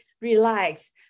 relax